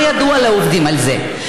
לא ידוע לעובדים על זה.